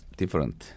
different